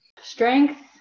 strength